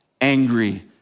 angry